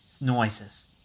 noises